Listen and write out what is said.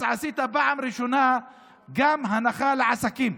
אז עשית פעם ראשונה גם הנחה לעסקים.